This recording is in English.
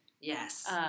Yes